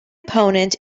opponent